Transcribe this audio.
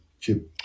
Chip